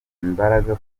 imbaraga